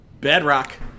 Bedrock